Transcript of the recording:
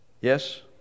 Yes